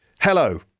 hello